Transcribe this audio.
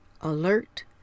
alert